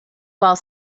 while